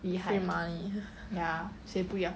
free money